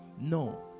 No